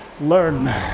learn